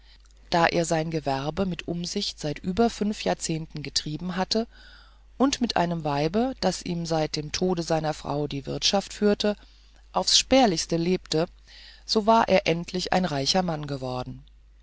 da er sein gewerbe mit umsicht seit über fünf jahrzehnten betrieben hatte und mit einem weib das ihm seit dem tod seiner frau die wirtschaft führte aufs spärlichste lebte so war er endlich ein reicher mann geworden